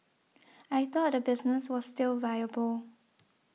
I thought the business was still viable